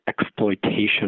exploitation